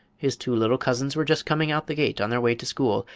his two little cousins were just coming out the gate on their way to school,